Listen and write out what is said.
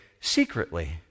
secretly